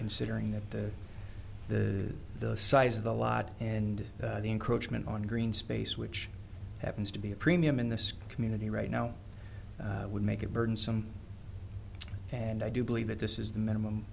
considering that the the the size of the lot and the encroachment on green space which happens to be a premium in this community right now would make it burdensome and i do believe that this is the minimum